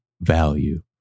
value